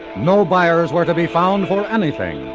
no buyers were to be found for anything.